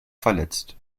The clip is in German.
verletzt